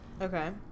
Okay